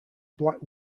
black